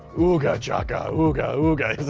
oogachaka ooga ooga.